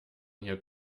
hier